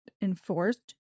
enforced